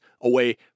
away